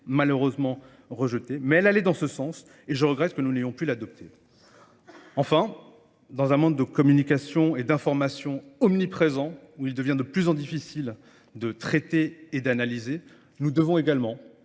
malheureusement rejetée, mais elle allait dans ce sens et je regrette que nous n'ayons pu l'adopter. Enfin, dans un monde de communication et d'information omniprésent, où il devient de plus en difficile de traiter et d'analyser, nous devons également,